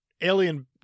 alien